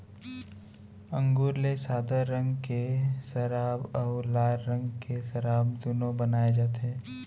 अंगुर ले सादा रंग के सराब अउ लाल रंग के सराब दुनो बनाए जाथे